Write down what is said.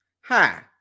Hi